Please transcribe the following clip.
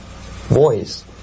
voice